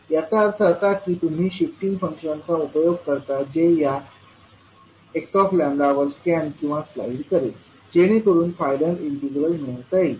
याचा अर्थ असा की तुम्ही शिफ्टिंग फंक्शनचा उपयोग करता जे या xλवर स्कॅन किंवा स्लाइड करेल जेणेकरून फायनल इंटीग्रल मिळवता येईल